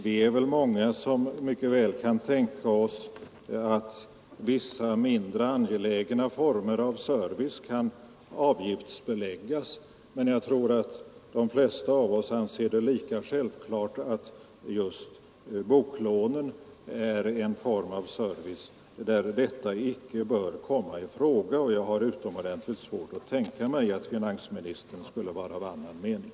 Vi är väl många som mycket väl kan tänka oss att vissa mindre angelägna former av service kan avgiftsbeläggas, men jag tror att de flesta av oss anser det lika självklart att just boklånen är en form av service där detta icke bör komma i fråga. Jag har utomordentligt svårt att tänka mig att finansministern skulle vara av en annan mening.